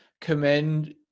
commend